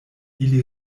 ili